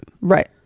right